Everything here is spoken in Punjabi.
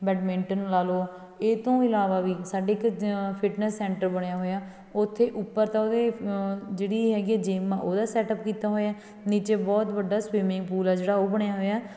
ਬੈਡਮਿੰਟਨ ਲਾ ਲਉ ਇਹ ਤੋਂ ਇਲਾਵਾ ਵੀ ਸਾਡੇ ਇੱਕ ਜ ਫਿਟਨੈਸ ਸੈਂਟਰ ਬਣਿਆ ਹੋਇਆ ਉੱਥੇ ਉੱਪਰ ਤਾਂ ਉਹਦੇ ਜਿਹੜੀ ਹੈਗੀ ਆ ਜਿੰਮ ਉਹਦਾ ਸੈਟ ਅਪ ਕੀਤਾ ਹੋਇਆ ਨੀਚੇ ਬਹੁਤ ਵੱਡਾ ਸਵੀਮਿੰਗ ਪੂਲ ਆ ਜਿਹੜਾ ਉਹ ਬਣਿਆ ਹੋਇਆ